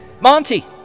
Monty